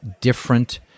different